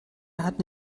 hat